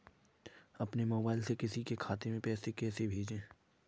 अपने मोबाइल से किसी के खाते में पैसे कैसे भेजें?